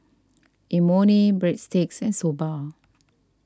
Imoni Breadsticks and Soba